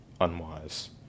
unwise